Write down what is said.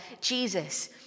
Jesus